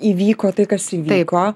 įvyko tai kas įvyko